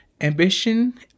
Ambition